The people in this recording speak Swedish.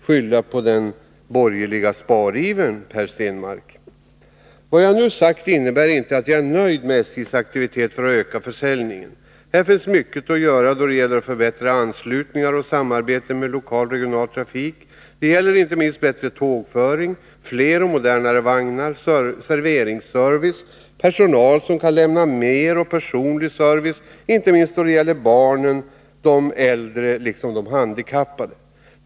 skylla på den borgerliga sparivern, Per Stenmarck. Vad jag nu sagt innebär inte att jag är nöjd med SJ:s aktivitet för att öka försäljningen. Här finns mycket att göra då det gäller att förbättra anslutningar och samarbetet beträffande lokal och regional trafik. Det gäller inte minst bättre tågföring, fler och modernare vagnar, serveringsservice samt personal som kan lämna mer och personlig service, inte minst då det gäller barnen och de äldre liksom de handikappade.